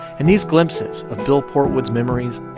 and these glimpses of bill portwood's memories,